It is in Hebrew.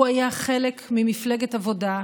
הוא היה חלק ממפלגת העבודה,